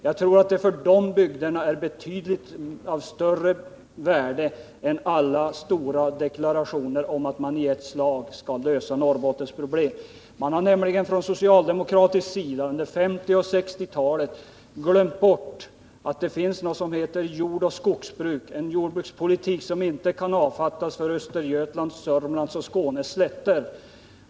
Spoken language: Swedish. Jag tror att det för de bygderna är av större värde än alla stora deklarationer om att man i ett slag skall lösa Norrbottens problem. Socialdemokraterna har under 1950 och 1960-talen glömt bort att det också i Norrbotten finns något som heter jordoch skogsbruk och som kräver en jordbrukspolitik som inte kan avfattas för Östergötlands, Sörmlands eller Skånes slätter.